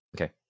Okay